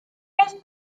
helft